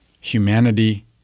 humanity